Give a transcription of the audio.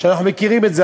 אנחנו מכירים את זה,